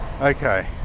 Okay